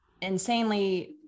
insanely